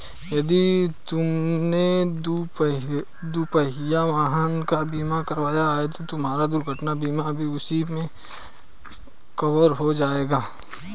यदि तुमने दुपहिया वाहन का बीमा कराया है तो तुम्हारा दुर्घटना बीमा भी उसी में कवर हो जाएगा